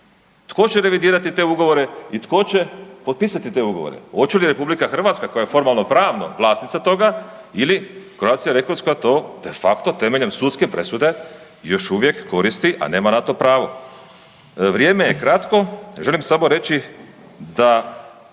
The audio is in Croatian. Tko će revidirati te ugovore i tko će potpisati te ugovore? Hoće li RH koja je formalnopravno vlasnica toga ili Croatia Records koja to de facto temeljem sudske presude još uvijek koristi, a nema na to pravo. Vrijeme je kratko, želim samo reći da